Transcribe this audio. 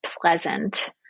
pleasant